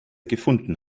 gefunden